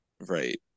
right